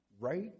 right